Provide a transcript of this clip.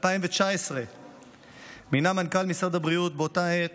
ב-2019 מינה מנכ"ל משרד הבריאות באותה עת